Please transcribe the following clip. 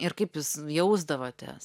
ir kaip jūs jausdavotės